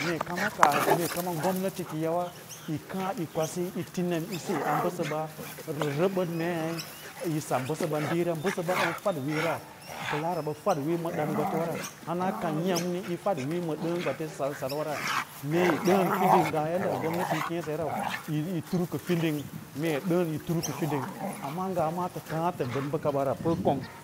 Mee kama ka me kama gomnati kiyi yawa yī ti nemꞌisi, yi kaã yi kwasi yo ti ne me isi a bəsa rə bəd mei yi sa bəsə ɓa diĩra, bəsəɓa ən fad wiiyo ra pəlaara ɓa fadwiiyo ma ɗad gwate wara, hana kan yamin yi fadwiiyo dəꞌə gwate sal salwa ra mee yi dəꞌən fiding nga yaɗda gomnati yo keẽ səya rau yi turkə fiding mee ɗəꞌən yi tur kə fiɗing pə ngawa maa tə kaã tə bəɗ bəkaɓa ra